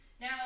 Now